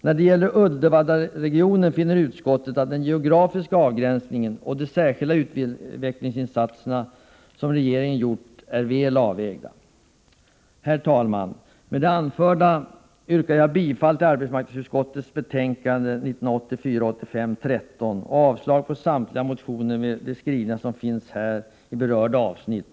När det gäller Uddevallaregionen finner utskottet att den geografiska avgränsning och de särskilda utvecklingsinsatser som regeringen gjort är väl avvägda. Herr talman! Med det anförda yrkar jag bifall till arbetsmarknadsutskottets hemställan i betänkandet 1984/85:13 och avslag på samtliga motioner med de skrivningar som finns i här berörda avsnitt.